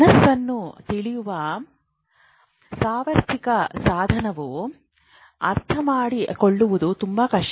ಮನಸ್ಸನ್ನು ತಿಳಿಯುವ ಸಾರ್ವತ್ರಿಕ ಸಾಧನವು ಅರ್ಥಮಾಡಿಕೊಳ್ಳುವುದು ತುಂಬಾ ಕಷ್ಟ